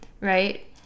right